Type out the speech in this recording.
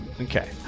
Okay